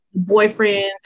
boyfriends